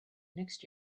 next